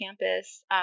campus